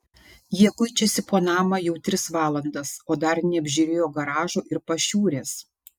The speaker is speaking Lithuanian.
jie kuičiasi po namą jau tris valandas o dar neapžiūrėjo garažo ir pašiūrės